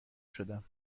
شدم